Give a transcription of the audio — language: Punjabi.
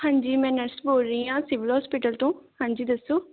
ਹਾਂਜੀ ਮੈਂ ਨਰਸ ਬੋਲ ਰਹੀ ਹਾਂ ਸਿਵਿਲ ਹੋਸਪੀਟਲ ਤੋਂ ਹਾਂਜੀ ਦੱਸੋ